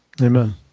Amen